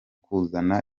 kuzana